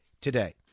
today